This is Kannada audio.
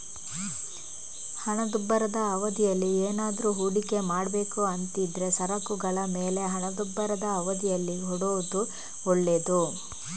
ಹಣದುಬ್ಬರದ ಅವಧಿಯಲ್ಲಿ ಏನಾದ್ರೂ ಹೂಡಿಕೆ ಮಾಡ್ಬೇಕು ಅಂತಿದ್ರೆ ಸರಕುಗಳ ಮೇಲೆ ಹಣದುಬ್ಬರದ ಅವಧಿಯಲ್ಲಿ ಹೂಡೋದು ಒಳ್ಳೇದು